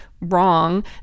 wrong